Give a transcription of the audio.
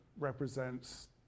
represents